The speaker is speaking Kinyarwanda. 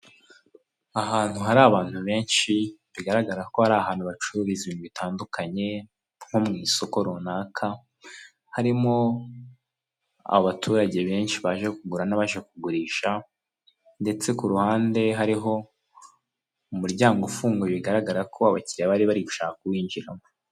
Mu cyumba cy'inama ahateraniye abantu b'inzego zitandukanye b'abayobozi harimo nyakubahwa perezida wa repubulika Paul Kagame na madamu we Jeannette Kagame, abaminisitiri n'abadepite.